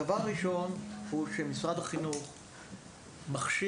הדבר הראשון הוא שמשרד החינוך מכשיר,